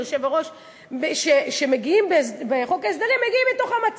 שכולם פה יודעים,